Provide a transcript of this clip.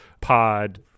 pod